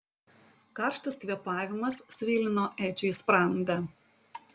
karštas kvėpavimas svilino edžiui sprandą